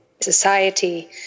society